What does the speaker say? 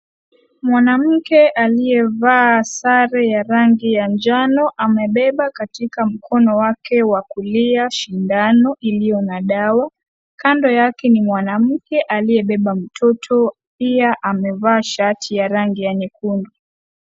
Mwanamke aliyevaa sare ya rangi ya njano. Amebeba katika mkono wake wa kulia shindano iliyo na dawa. Kando yake ni mwanamke aliyebeba mtoto pia amevaa sharti ya rangi ya nyekundu.